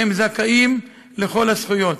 הם זכאים לכל הזכויות.